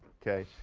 okay.